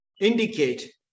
indicate